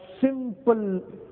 simple